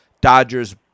Dodgers